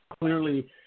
clearly